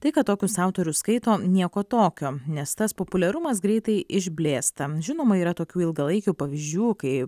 tai kad tokius autorius skaito nieko tokio nes tas populiarumas greitai išblėsta žinoma yra tokių ilgalaikių pavyzdžių kai